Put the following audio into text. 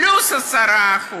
פלוס 10%,